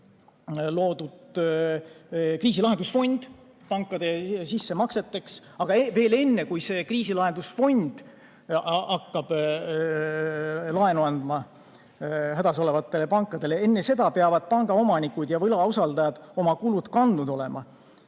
loodud kriisilahendusfond pankade sissemaksetest. Aga veel enne, kui see kriisilahendusfond hakkab laenu andma hädas olevatele pankadele, peavad pangaomanikud ja võlausaldajad oma kulud kandnud olema